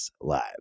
Live